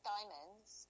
Diamonds